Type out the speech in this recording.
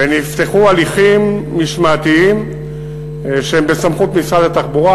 ונפתחו הליכים משמעתיים שהם בסמכות משרד התחבורה.